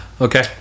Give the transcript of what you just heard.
okay